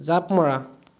জাঁপ মৰা